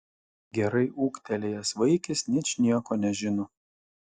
gerai ūgtelėjęs vaikis ničnieko nežino